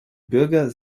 bürger